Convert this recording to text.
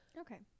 Okay